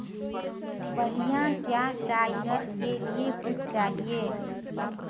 बढ़िया क्या टायरल के लिए कुछ चाहिए